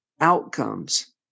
outcomes